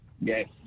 Yes